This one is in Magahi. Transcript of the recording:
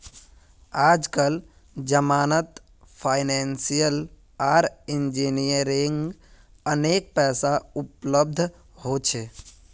आजकल जमानत फाइनेंसियल आर इंजीनियरिंग अनेक पैसा उपलब्ध हो छे